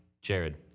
Jared